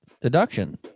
deduction